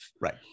Right